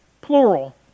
plural